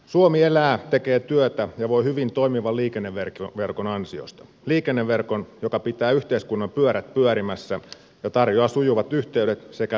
suomi elää tekee työtä ja voi hyvin toimivan liikenneverkon ansiosta liikenneverkon joka pitää yhteiskunnan pyörät pyörimässä ja tarjoaa sujuvat yhteydet sekä lähtökohdat kasvulle